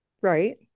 Right